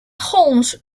holmes